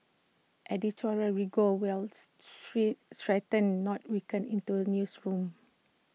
editorial rigour wills straight strengthen not weaken into A newsroom